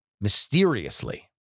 mysteriously